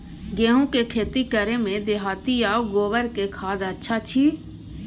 गेहूं के खेती करे में देहाती आ गोबर के खाद अच्छा छी?